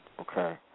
Okay